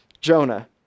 Jonah